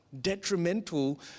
detrimental